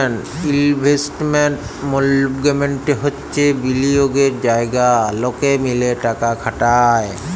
investment management হচ্যে বিলিয়গের জায়গা লকে মিলে টাকা খাটায়